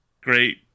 great